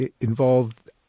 involved